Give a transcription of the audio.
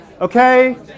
Okay